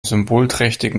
symbolträchtigen